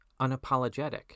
unapologetic